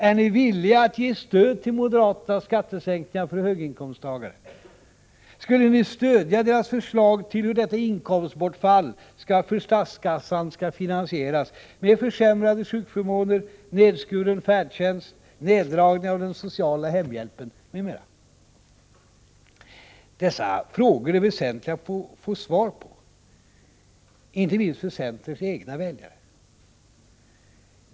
Är ni villiga att ge ert stöd till moderaternas skattesänkningar för höginkomsttagare? Skulle ni stödja deras förslag till hur detta inkomstbortfall för statskassan skulle finansieras — med försämrade sjukförmåner, nedskuren färdtjänst, neddragningar av den sociala hemhjälpen, m.m.? Dessa frågor är det väsentligt att få svar på, inte minst för centerns egna väljare.